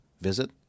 visit